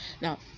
Now